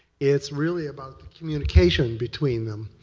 it's really about the communication between them.